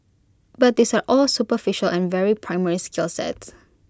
but these are all superficial and very primary skill sets